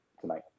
tonight